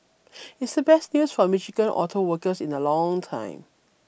it's the best news for Michigan auto workers in a long time